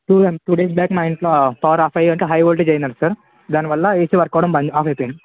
two two days back మా ఇంట్లో power off అయినాక హై ఓల్టేజ్ అయిందంట సార్ దానివల్ల ఏసీ వర్క్ అవ్వడం బంద్ ఆఫ్ అయిపోయింది